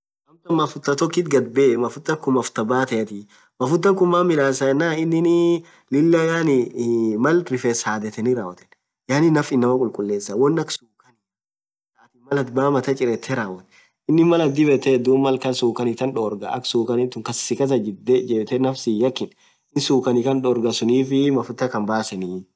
Amtan mafutha thokit ghadbee mafuta khun mafutha batheethi mafutha khun maan midhasa yenan ininn Lilah yaani Mal rifes hadhetheni rawothen yaani naff inamaa khulkhulesa wonn akha sukaniafaa thaathi baa Martha chirethe rawothe inin Mal athin dhibethethu dhub Mal kan sukani than dhorgha akha sukani tun sikasjidhe jebidhe naff siakhin inni sukani than dhorgha sunnif mafutha Khan basenni